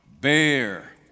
Bear